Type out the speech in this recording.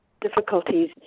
difficulties